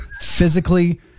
physically